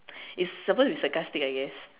it's supposed to be sarcastic I guess